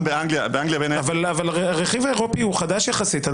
אבל הרכיב האירופי הוא חדש יחסית.